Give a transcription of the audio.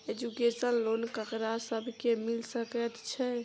Education loan ककरा सब केँ मिल सकैत छै?